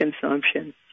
consumption